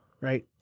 right